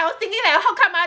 I was thinking like how come ah